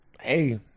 hey